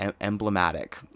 emblematic